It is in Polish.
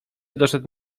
doszedł